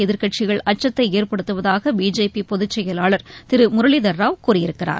எதிர்க்கட்சிகள் அச்சத்தை ஏற்படுத்துவதாக பிஜேபி பொதுச்செயலாளர் திரு முரளிதர் ராவ் கூறியிருக்கிறார்